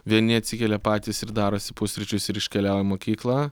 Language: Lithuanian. vieni atsikelia patys ir darosi pusryčius ir iškeliauja į mokyklą